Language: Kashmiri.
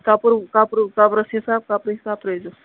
کَپُرُ کَپُرُ کَپرس حِساب کَپرٕ حِساب ترٲیزیوس